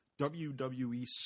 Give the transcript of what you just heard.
WWE